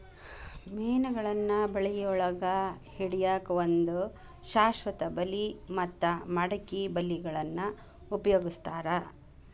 ಮೇನಗಳನ್ನ ಬಳಿಯೊಳಗ ಹಿಡ್ಯಾಕ್ ಒಂದು ಶಾಶ್ವತ ಬಲಿ ಮತ್ತ ಮಡಕಿ ಬಲಿಗಳನ್ನ ಉಪಯೋಗಸ್ತಾರ